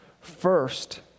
First